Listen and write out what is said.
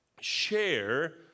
share